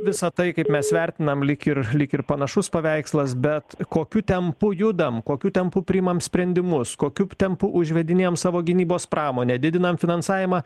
visa tai kaip mes vertinam lyg ir lyg ir panašus paveikslas bet kokiu tempu judam kokiu tempu priimam sprendimus kokiu ptempu užvedinėjom savo gynybos pramonę didinam finansavimą